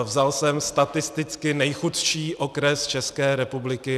Vzal jsem statisticky nejchudší okres České republiky.